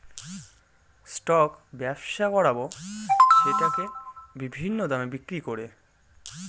stock ব্যবসা করাবো সেটাকে বিভিন্ন দামে বিক্রি করে